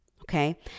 okay